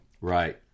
Right